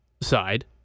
side